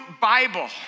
Bible